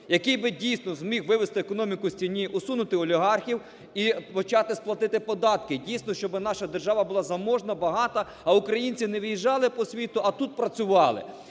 який би дійсно зміг вивести економіку з тіні, усунути олігархів і почали платити податки, дійсно щоби наша держава була заможна, багата, а українці не виїжджали по світу, а тут працювали.